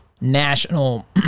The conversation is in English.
national